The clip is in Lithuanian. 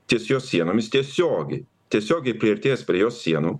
ties jos sienomis tiesiogiai tiesiogiai priartėjęs prie jos sienų